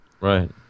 right